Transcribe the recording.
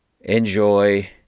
enjoy